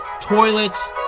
toilets